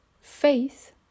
faith